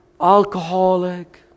alcoholic